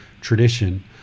tradition